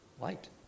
light